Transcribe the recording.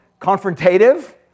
confrontative